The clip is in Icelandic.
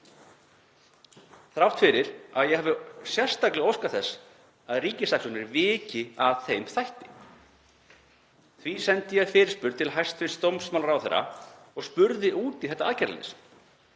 þrátt fyrir að ég hafi sérstaklega óskað þess að ríkissaksóknari viki að þeim þætti. Því sendi ég fyrirspurn til hæstv. dómsmálaráðherra og spurði út í þetta aðgerðaleysi.